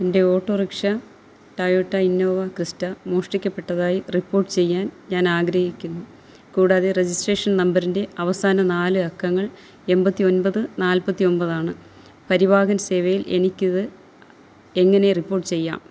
എൻ്റെ autorickshaw Toyota Innova Crysta മോഷ്ടിക്കപ്പെട്ടതായി report ചെയ്യാൻ ഞാൻ ആഗ്രഹിക്കുന്നു കൂടാതെ രജിസ്ട്രേഷൻ നമ്പറിൻ്റെ അവസാന നാല് അക്കങ്ങൾ എൺപത്തി ഒൻപത് നാൽപ്പത്തി ഒൻപത് ആണ് പരിവാഹൻ സേവയിൽ എനിക്ക് ഇത് എങ്ങനെ റിപ്പോർട്ട് ചെയ്യാം